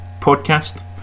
podcast